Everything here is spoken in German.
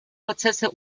prozesse